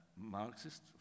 Marxist